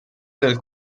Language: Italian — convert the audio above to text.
del